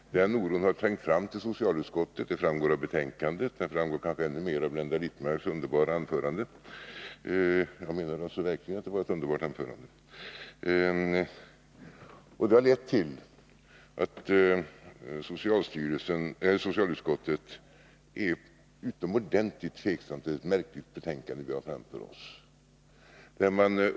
Att den oron har trängt fram till socialutskottet har framgått av betänkandet och kanske ännu mer av Blenda Littmarcks underbara anförande — jag menar verkligen att det var underbart — och det har lett till att socialutskottet är utomordentligt tveksamt. Det är nämligen ett märkligt betänkande som vi nu har att behandla.